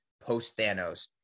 post-Thanos